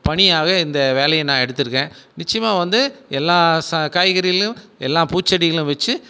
பணியாகவே இந்த வேலையை நான் எடுத்திருக்கேன் நிச்சயமாக வந்து எல்லா காய்கறிகளும் எல்லா பூச்செடிகளும் வெச்சி